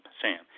Sam